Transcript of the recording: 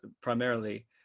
primarily